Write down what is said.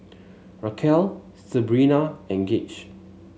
Raquel Sabrina and Gage